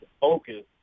focus